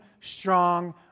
strong